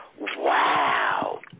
wow